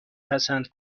پسند